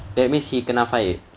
that means he kena fired